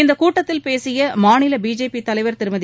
இந்தக் கூட்டத்தில் பேசியமாநிலபிஜேபிதலைவர் திருமதி